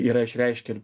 yra išreiškę